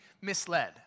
misled